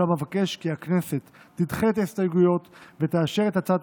אולם אבקש כי הכנסת תדחה את ההסתייגויות ותאשר את הצעת